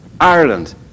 Ireland